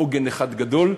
עוגן אחד גדול,